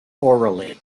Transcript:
orally